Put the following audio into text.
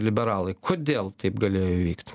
liberalai kodėl taip galėjo įvykt